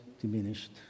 diminished